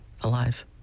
Alive